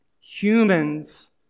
humans